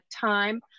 time